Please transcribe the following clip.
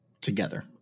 together